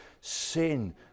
sin